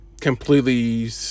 completely